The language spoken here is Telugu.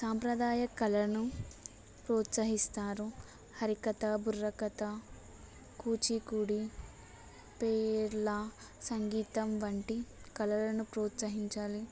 సాంప్రదాయ కళలను ప్రోత్సహిస్తారు హరికథ బుర్రకథ కూచిపూడి పేర్ల సంగీతం వంటి కళలను ప్రోత్సహించాలి